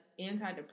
antidepressant